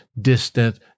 distant